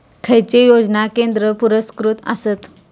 खैचे योजना केंद्र पुरस्कृत आसत?